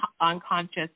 unconscious